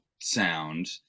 sound